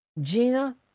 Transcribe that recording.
Gina